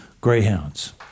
Greyhounds